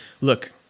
look